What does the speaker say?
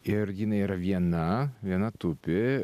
ir jinai yra viena viena tupi